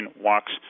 walks